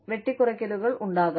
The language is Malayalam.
വെട്ടികുറക്കലുകൾ ഉണ്ടാകാം